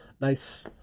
nice